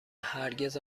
هرگز